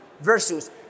versus